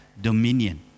dominion